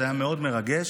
זה היה מאוד מרגש.